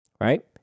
right